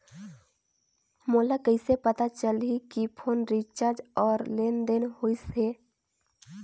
मोला कइसे पता चलही की फोन रिचार्ज और लेनदेन होइस हे?